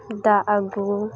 ᱫᱟᱜ ᱟᱜᱩ